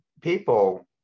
people